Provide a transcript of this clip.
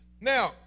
Now